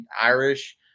Irish